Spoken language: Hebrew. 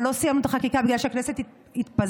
אבל לא סיימנו את החקיקה בגלל שהכנסת התפזרה,